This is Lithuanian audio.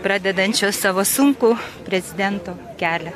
pradedančio savo sunkų prezidento kelią